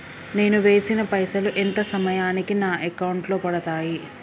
నేను వేసిన పైసలు ఎంత సమయానికి నా అకౌంట్ లో పడతాయి?